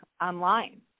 online